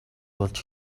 болж